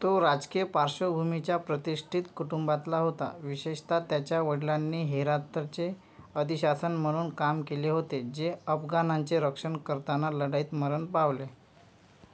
तो राजकीय पार्श्वभूमीच्या प्रतिष्ठित कुटुंबातला होता विशेषत त्याच्या वडलांनी हेरातचे अधिशासन म्हणून काम केले होते जे अफगाणांचे रक्षण करताना लढाईत मरण पावले